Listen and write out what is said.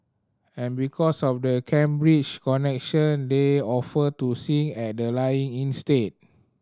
and because of the Cambridge connection they offered to sing at the lying in state